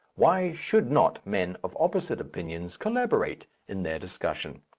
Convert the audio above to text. why should not men of opposite opinions collaborate in their discussion?